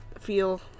Feel